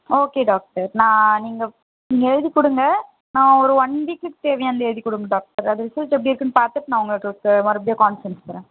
okay doctor நான் நீங்கள் எழுதிக் கொடுங்க நான் ஒரு ஒன் வீக்கு தேவையானதை எழுதிக் கொடுங்க டாக்டர் அது ரிசல்ட் எப்படி இருக்குதுன்னு பார்த்துட்டு நான் உங்களுக்கு மறுபடியும் கான்பரன்ஸ் வரேன்